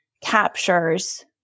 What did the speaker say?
captures